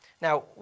Now